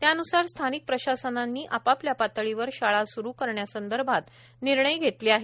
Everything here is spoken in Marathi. त्यानुसार स्थानिक प्रशासनांनी आपापल्या पातळीवर शाळा स्रु करण्यासंदर्भात निर्णय घेतले आहेत